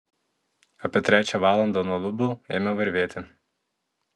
apie trečią valandą nuo lubų ėmė varvėti